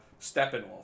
Steppenwolf